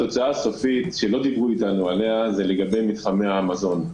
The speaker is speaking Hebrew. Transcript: התוצאה הסופית שלא דיברו אתנו עליה היא לגבי מתחמי המזון.